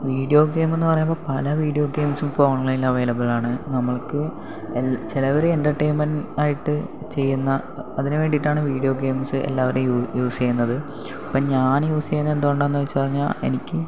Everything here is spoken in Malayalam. വീഡിയോ ഗെയിമെന്ന് പറയുമ്പോൾ പല വിഡിയോ ഗെയിംസും ഇപ്പോൾ ഓൺലൈനിൽ അവൈലബിളാണ് നമ്മൾക്ക് ചിലവര് എൻ്റർറ്റെൻമെന്റ് ആയിട്ട് ചെയ്യുന്ന അതിനുവേണ്ടിയിട്ടാണ് വീഡിയോ ഗെയിംസ് എല്ലാവരും യൂസ് ചെയ്യുന്നത് അപ്പോൾ ഞാൻ യൂസ് ചെയ്യുന്നത് എന്തു കൊണ്ടാണെന്ന് ചോദിച്ചു കഴിഞ്ഞാൽ എനിക്ക്